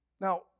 Now